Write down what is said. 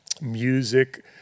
music